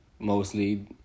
mostly